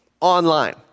online